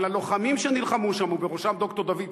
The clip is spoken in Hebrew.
אבל הלוחמים שנלחמו שם, ובראשם ד"ר דוד צנגן,